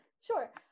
Sure